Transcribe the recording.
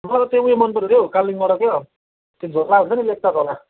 मलाई त त्यो उयो मनपरेको थियो हौ कालिम्पोङबाट क्या हौ त्यो झोला हुन्छ नि लेप्चा झोला